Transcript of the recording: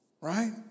right